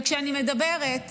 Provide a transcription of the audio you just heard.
וכשאני מדברת